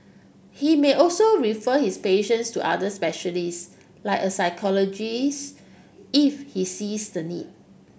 he may also refer his patients to other specialists like a psychologists if he sees the need